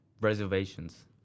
Reservations